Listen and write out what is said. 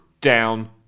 down